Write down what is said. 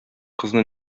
кызны